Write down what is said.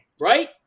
right